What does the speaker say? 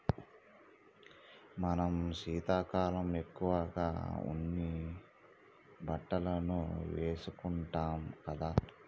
మనం శీతాకాలం ఎక్కువగా ఉన్ని బట్టలనే వేసుకుంటాం కదా